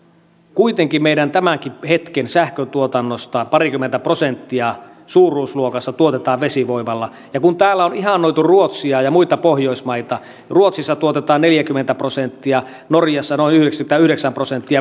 kuitenkin meidän tämänkin hetken sähköntuotannosta suuruusluokassa parikymmentä prosenttia tuotetaan vesivoimalla ja kun täällä on ihannoitu ruotsia ja muita pohjoismaita ruotsissa tuotetaan neljäkymmentä prosenttia norjassa noin yhdeksänkymmentäyhdeksän prosenttia